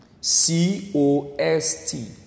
C-O-S-T